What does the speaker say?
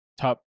top